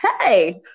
hey